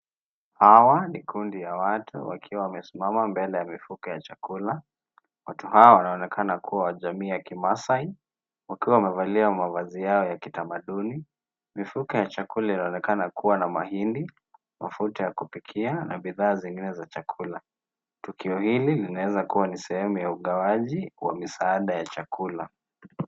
Hawa ni kundi ya watu wakiwa wamesimama mbele ya mifuko ya chakula. Watu hawa wanaonekana kuwa wa jamii ya kimaasai wakiwa wamevalia mavazi yao ya kitamaduni. Mifuko ya chakula inaonekana kuwa na mahindi, mafuta ya kupikia na bidhaa zingine za chakula. Tukio hili linaweza kuwa ni sehemu ya ugawaji wa misaada ya chakula.